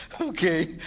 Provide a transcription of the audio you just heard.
Okay